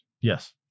Yes